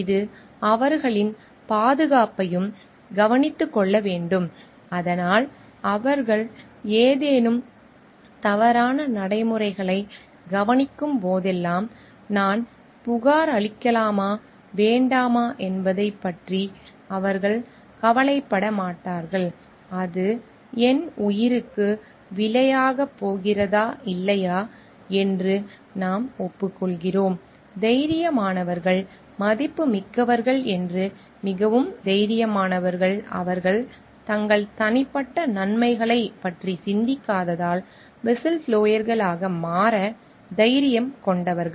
இது அவர்களின் பாதுகாப்பையும் பாதுகாப்பையும் கவனித்துக் கொள்ள வேண்டும் அதனால் அவர்கள் ஏதேனும் தவறான நடைமுறைகளைக் கவனிக்கும் போதெல்லாம் நான் புகாரளிக்கலாமா வேண்டாமா என்பதைப் பற்றி அவர்கள் கவலைப்பட மாட்டார்கள் அது என் உயிருக்கு விலையாகப் போகிறதா இல்லையா என்று நாம் ஒப்புக்கொள்கிறோம் தைரியமானவர்கள் மதிப்புமிக்கவர்கள் என்று மிகவும் தைரியமானவர்கள் அவர்கள் தங்கள் தனிப்பட்ட நன்மைகளைப் பற்றி சிந்திக்காததால் விசில்ப்ளோயர்களாக மாற தைரியம் கொண்டவர்கள்